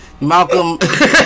Malcolm